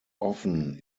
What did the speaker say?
often